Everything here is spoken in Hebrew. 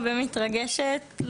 הרבה מתרגשת,